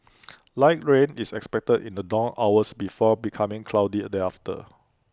light rain is expected in the dawn hours before becoming cloudy thereafter